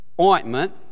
ointment